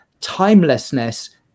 timelessness